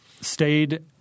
Stayed